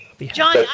John